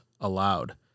allowed